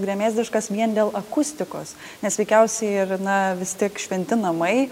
gremėzdiškas vien dėl akustikos nes veikiausiai ir na vis tiek šventi namai